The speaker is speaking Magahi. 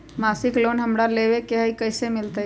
मासिक लोन हमरा लेवे के हई कैसे मिलत?